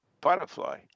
butterfly